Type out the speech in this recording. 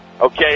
okay